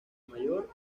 mayor